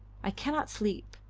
i cannot sleep.